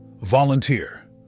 volunteer